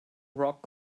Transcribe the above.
rock